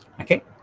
Okay